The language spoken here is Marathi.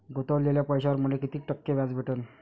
गुतवलेल्या पैशावर मले कितीक टक्के व्याज भेटन?